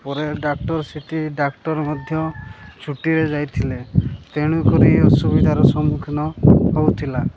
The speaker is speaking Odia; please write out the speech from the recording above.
ପରେ ଡାକ୍ଟର ସେଠି ଡାକ୍ଟର ମଧ୍ୟ ଛୁଟିରେ ଯାଇଥିଲେ ତେଣୁକରି ଅସୁବିଧାର ସମ୍ମୁଖୀନ ହଉଥିଲା